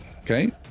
Okay